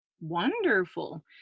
Wonderful